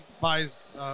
buys